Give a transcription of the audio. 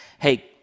hey